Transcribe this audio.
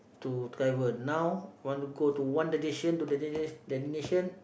to travel now want to go to one destination two destination